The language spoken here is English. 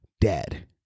dead